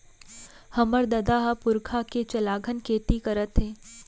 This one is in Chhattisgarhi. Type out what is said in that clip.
हमर ददा ह पुरखा के चलाघन खेती करत हे